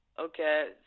okay